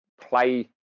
play